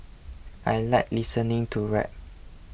I like listening to rap